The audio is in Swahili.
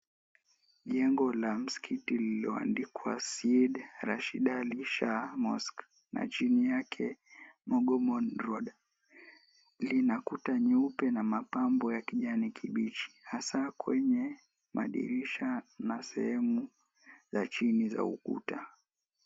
Jengo la Msikiti lililoandikwa Sid Rashid Alisha mosque na chini yake Mogomon Rod lina kuta nyeupe na mapambo la kijani kibichi hasa kwenye madirisha na sehemu la chini ya ukuta.